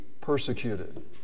persecuted